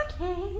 Okay